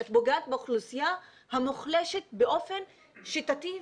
את פוגעת באוכלוסייה המוחלשת באופן שיטתי,